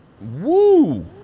Woo